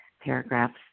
paragraphs